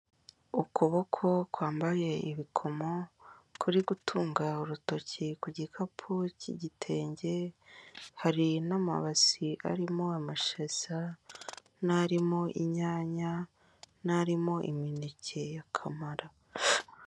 Ukuboko kwambaye ibikomo kuri gutunga urutoki ku gikapu cy'igitenge, hari n'amabasi arimo amashaza n'arimo inyanya n'arimo imineke ya kamara.